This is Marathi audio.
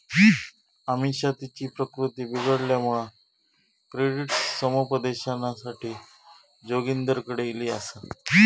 अमिषा तिची प्रकृती बिघडल्यामुळा क्रेडिट समुपदेशनासाठी जोगिंदरकडे ईली आसा